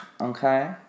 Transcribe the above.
okay